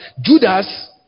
Judas